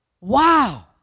Wow